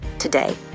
today